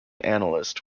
analyst